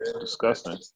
disgusting